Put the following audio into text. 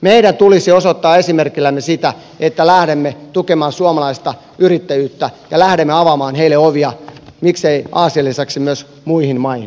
meidän tulisi osoittaa esimerkillämme sitä että lähdemme tukemaan suomalaista yrittäjyyttä ja lähdemme avaamaan heille ovia miksei aasian lisäksi myös muihin maihin